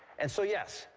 and so, yes,